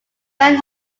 baron